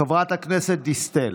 חברת הכנסת דיסטֵל,